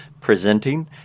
presenting